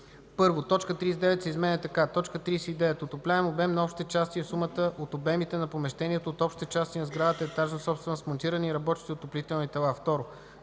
1: 1. Точка 39 се изменя така: „39. „Отопляем обем на общите части” е сумата от обемите на помещението от общите части на сграда - етажна собственост, с монтирани и работещи отоплителни тела.” 2.